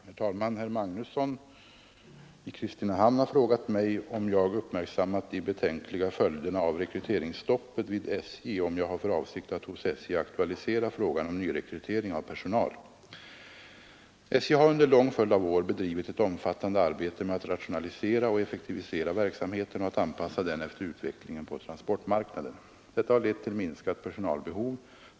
Herr talman! Herr Magnusson i Kristinehamn har frågat mig om jag uppmärksammat de betänkliga följderna av rekryteringsstoppet vid SJ och om jag har för avsikt att hos SJ aktualisera frågan om nyrekrytering av personal. SJ har under en lång följd av år bedrivit ett omfattande arbete med att rationalisera och effektivisera verksamheten och att anpassa den efter utvecklingen på transportmarknaden. Detta har lett till minskat personalbehov.